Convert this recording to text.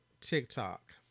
TikTok